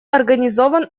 организован